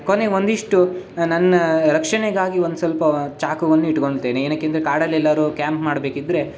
ಕೊನೆಗೆ ಒಂದಿಷ್ಟು ನನ್ನ ರಕ್ಷಣೆಗಾಗಿ ಒಂದು ಸ್ವಲ್ಪ ಚಾಕುವನ್ನು ಇಟ್ಕೊಂತೇನೆ ಏನಕ್ಕೆ ಅಂದರೆ ಕಾಡಲೆಲ್ಲಾದ್ರು ಕ್ಯಾಂಪ್ ಮಾಡಬೇಕಿದ್ರೆ